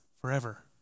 forever